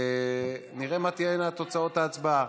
ונראה מה תהיינה תוצאות ההצבעה.